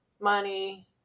money